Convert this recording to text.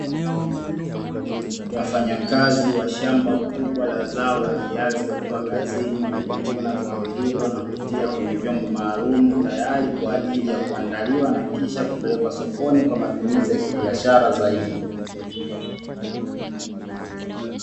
Wafanyakazi wa shamba kubwa la zao la viazi wakiwa kazini wakivuna zao hilo, na kutia kwenye vyombo maalumu tayari kwa ajili ya kuandaliwa na kisha kupelekwa sokoni kwa matumizi ya kibiashara zaidi.